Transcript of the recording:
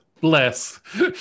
Bless